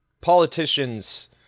politicians